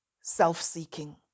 self-seeking